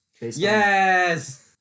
Yes